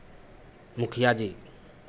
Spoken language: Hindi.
मुखिया जी